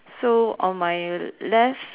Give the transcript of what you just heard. so on my left